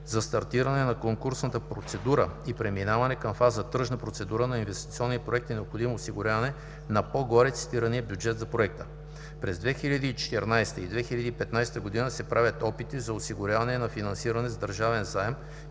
За стартиране на конкурсната процедура и преминаване към фаза „Тръжна процедура“ на инвестиционния проект е необходимо осигуряване на по-горе цитирания бюджет за проекта. През 2014 г. и 2015 г. се правят опити за осигуряване на финансиране с държавен заем